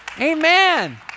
amen